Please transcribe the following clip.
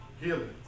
healing